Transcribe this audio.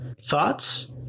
Thoughts